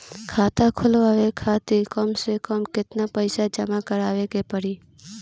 खाता खुलवाये खातिर कम से कम केतना पईसा जमा काराये के पड़ी?